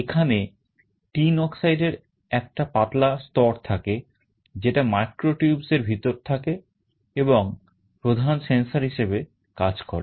এখানে tin oxide এর একটা পাতলা স্তর থাকে যেটা micro tubes এর ভেতরে থাকে এবং প্রধান sensor হিসেবে কাজ করে